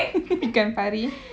ikan pari